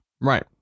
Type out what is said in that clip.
right